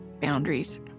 boundaries